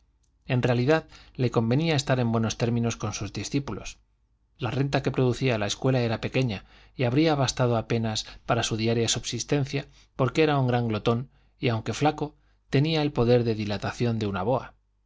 en realidad le convenía estar en buenos términos con sus discípulos la renta que producía la escuela era pequeña y habría bastado apenas para su diaria subsistencia porque era un gran glotón y aunque flaco tenía el poder de dilatación de una boa